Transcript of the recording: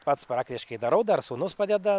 pats praktiškai darau dar sūnus padeda